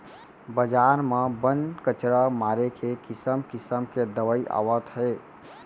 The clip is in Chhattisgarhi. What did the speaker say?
बजार म बन, कचरा मारे के किसम किसम के दवई आवत हे